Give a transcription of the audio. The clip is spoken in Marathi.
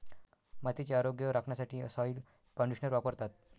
मातीचे आरोग्य राखण्यासाठी सॉइल कंडिशनर वापरतात